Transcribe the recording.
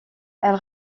elle